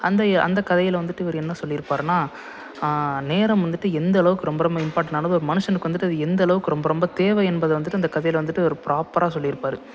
அந்த அந்த கதையில் வந்துவிட்டு இவர் என்ன சொல்லிருப்பாருனா நேரம் வந்துவிட்டு எந்தளவுக்கு ரொம்ப ரொம்ப இம்பார்டன்ட் ஆனது ஒரு மனுஷனுக்கு வந்துவிட்டு அது எந்தளவுக்கு ரொம்ப ரொம்ப தேவை என்பதை வந்துவிட்டு அந்த கதையில் வந்துவிட்டு அவர் ப்ராப்பராக சொல்லிருப்பார்